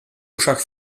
uszach